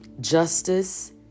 justice